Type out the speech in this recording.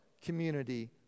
Community